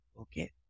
okay